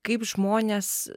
kaip žmonės